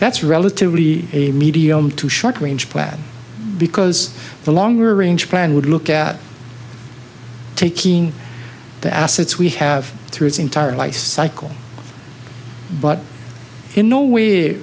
that's relatively a medium to short range plan because the longer range plan would look at taking the assets we have through its entire life cycle but in no way